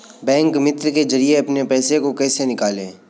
Bank मित्र के जरिए अपने पैसे को कैसे निकालें?